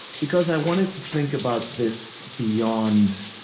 because i wanted to think about this beyond